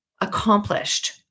accomplished